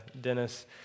Dennis